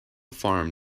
farm